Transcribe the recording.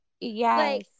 Yes